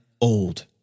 old